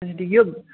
اَچھا